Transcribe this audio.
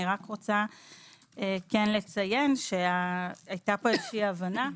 אני רוצה לציין, שהייתה פה הבנה,